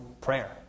prayer